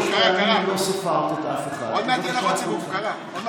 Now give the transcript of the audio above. הוא קרא לי קריאה שלישית?